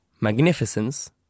Magnificence